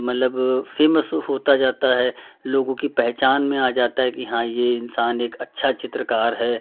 मतलब फ़ेमस होता जाता है लोगों की पहचान में आ जाता है कि हाँ ये इंसान एक अच्छा चित्रकार है